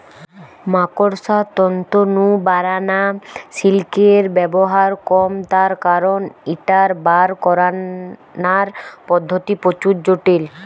মাকড়সার তন্তু নু বারানা সিল্কের ব্যবহার কম তার কারণ ঐটার বার করানার পদ্ধতি প্রচুর জটিল